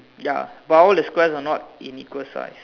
ya but all the squares are not in equal size